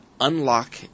unlock